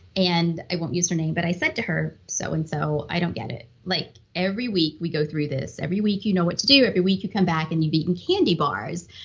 and i won't use her name, but i said to her, so and so, i don't get it. like every week we go through this, every week you know what to do, every week you come back and you've eaten candy bars.